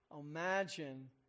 Imagine